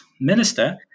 minister